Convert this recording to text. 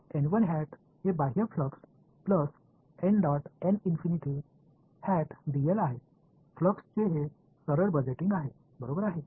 तर हे बाह्य फ्लक्स प्लस आहे फ्लक्सचे हे सरळ बजेटिंग आहे बरोबर आहे